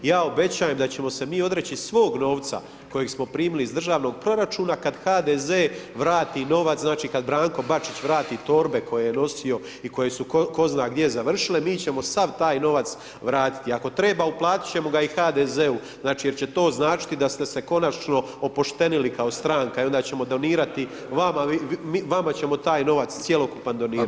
Ja obećajem da ćemo se mi odreći svog novca kojeg smo primili iz državnog proračuna kad HDZ vrati novac, znači, kad Branko Bačić, vrati torbe koje je nosio i koje su tko zna gdje završile, mi ćemo sav taj novac vratiti i ako treba uplatiti ćemo ga i HDZ-u, znači, jer će to značiti da ste se konačno opoštenili kao stranka i onda ćemo donirati vama, vama ćemo taj novac cjelokupan donirati.